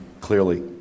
Clearly